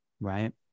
Right